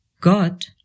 God